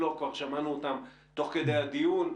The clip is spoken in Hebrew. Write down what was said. שמענו זאת תוך כדי הדיון.